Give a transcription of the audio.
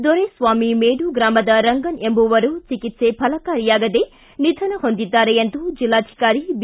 ದೊರೆಸ್ವಾಮಿ ಮೇಡು ಗ್ರಾಮದ ರಂಗನ್ ಎಂಬುವವರು ಚಿಕಿತ್ಸೆ ಫಲಕಾರಿಯಾಗದೆ ನಿಧನ ಹೊಂದಿದ್ದಾರೆ ಎಂದು ಜಿಲ್ಲಾಧಿಕಾರಿ ಬಿ